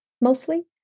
mostly